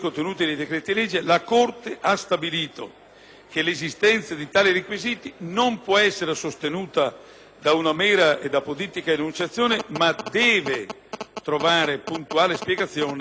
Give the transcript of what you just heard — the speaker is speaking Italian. che l'esistenza di tali requisiti non può essere sostenuta da una mera ed apodittica enunciazione, ma deve trovare puntuale spiegazione nella motivazione del decreto-legge.